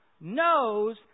knows